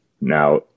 Now